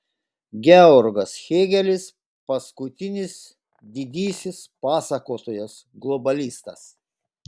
georgas hėgelis paskutinis didysis pasakotojas globalistas